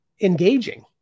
engaging